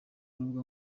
rubuga